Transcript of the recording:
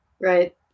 Right